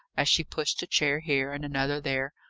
as she pushed a chair here and another there,